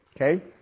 Okay